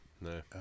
no